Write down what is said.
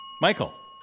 Michael